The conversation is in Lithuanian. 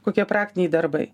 kokie praktiniai darbai